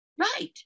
right